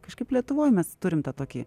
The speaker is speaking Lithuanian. kažkaip lietuvoj mes turim tą tokį